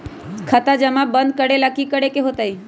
जमा खाता बंद करे ला की करे के होएत?